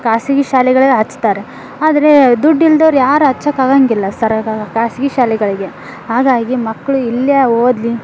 ಖಾಸಗಿ ಶಾಲೆಗಳಗೆ ಹಚ್ತಾರೆ ಆದರೆ ದುಡ್ಡು ಇಲ್ದೋರು ಯಾರೂ ಹಚ್ಚಕ್ ಆಗಂಗಿಲ್ಲ ಸರಗ ಖಾಸಗಿ ಶಾಲೆಗಳಿಗೆ ಹಾಗಾಗಿ ಮಕ್ಕಳು ಇಲ್ಲೇ ಓದಲಿ